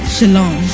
Shalom